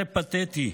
זה פתטי.